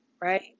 right